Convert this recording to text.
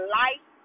life